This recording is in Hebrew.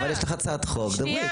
יש לך הצעת חוק ואת תדברי.